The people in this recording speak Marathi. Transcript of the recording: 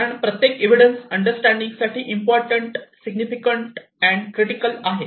कारण प्रत्येक एव्हिडन्स अंडरस्टँडिंग साठी इम्पॉर्टंट सिग्निफिकँट अँड क्रिटिकल आहे